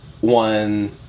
one